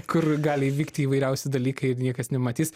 kur gali įvykti įvairiausi dalykai ir niekas nematys